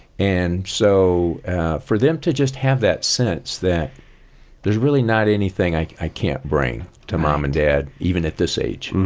and so for them to just have that sense that there's really not anything like i can't bring to mom and dad, even at this age